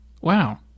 Wow